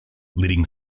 leading